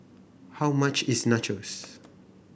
how much is Nachos